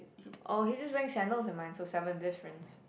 oh he just wearing sandals in mine so seven difference